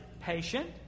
patient